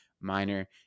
minor